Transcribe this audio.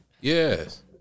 Yes